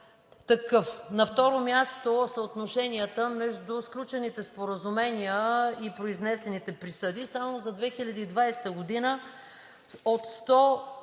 На второ място, съотношенията между сключените споразумения и произнесените присъди. Само за 2020 г. от 122